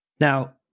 Now